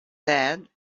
sad